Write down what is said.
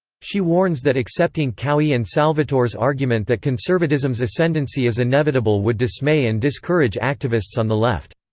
she warns that accepting cowie and salvatore's argument that conservatism's ascendancy is inevitable would dismay and discourage activists on the left.